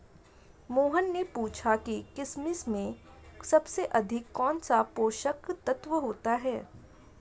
मोहन ने पूछा कि किशमिश में सबसे अधिक कौन सा पोषक तत्व होता है?